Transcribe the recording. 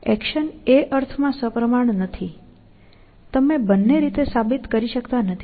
actions એ અર્થમાં સપ્રમાણ નથી તમે બંને રીતે સાબિત કરી શકતા નથી